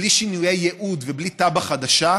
בלי שינויי ייעוד ובלי תב"ע חדשה,